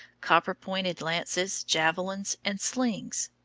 copper-pointed lances, javelins, and slings.